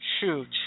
Shoot